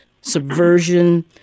subversion